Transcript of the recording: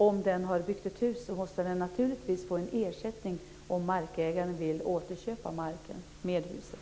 Har man byggt ett hus måste man naturligtvis få en ersättning om markägaren vill återköpa marken med huset.